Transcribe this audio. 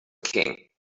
king